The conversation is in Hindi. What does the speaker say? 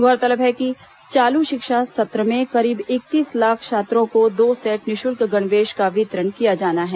गौरतलब है कि चालू शिक्षा सत्र में करीब इकतीस लाख छात्रों को दो सेट निःशुल्क गणवेश का वितरण किया जाना है